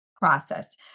process